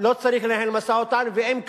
שלא צריך לנהל משא-ומתן, ואם כבר,